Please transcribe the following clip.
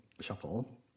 shuffle